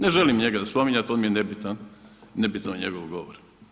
Ne želim njega spominjati, on mi je nebitan, nebitan njegov govor.